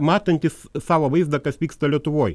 matantis savo vaizdą kas vyksta lietuvoje